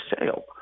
Sale